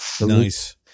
Nice